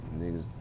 niggas